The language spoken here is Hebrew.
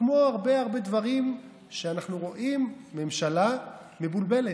כמו הרבה הרבה דברים שאנחנו רואים, ממשלה מבולבלת.